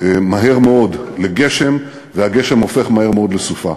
מהר מאוד לגשם, והגשם הופך מהר מאוד לסופה,